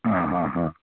ಹಾಂ ಹಾಂ ಹಾಂ